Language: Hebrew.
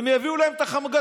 הם יביאו להם את החמגשיות,